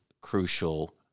crucial